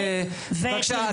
בבקשה, התלמידים.